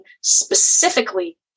specifically